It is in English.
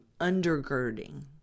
undergirding